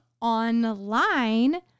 online